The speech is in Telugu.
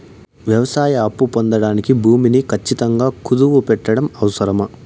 వ్యవసాయ అప్పు పొందడానికి భూమిని ఖచ్చితంగా కుదువు పెట్టడం అవసరమా?